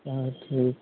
हँ ठीक